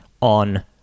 on